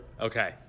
Okay